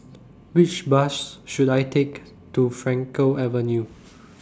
Which Bus should I Take to Frankel Avenue